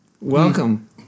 Welcome